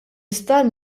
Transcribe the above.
isptar